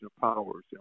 powers